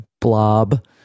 blob